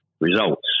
results